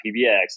PBX